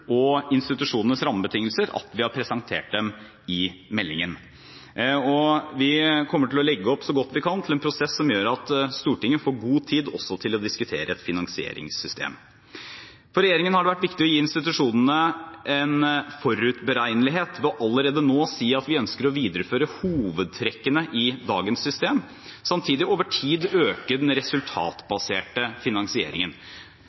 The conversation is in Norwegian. og institusjonenes rammebetingelser at vi har presentert dem i meldingen. Vi kommer så godt vi kan til å legge opp til en prosess som gjør at Stortinget får god tid til også å diskutere et finansieringssystem. For regjeringen har det vært viktig å gi institusjonene en forutberegnelighet ved allerede nå å si at vi ønsker å videreføre hovedtrekkene i dagens system, og samtidig over tid øke den resultatbaserte finansieringen.